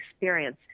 experience